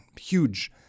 Huge